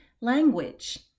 language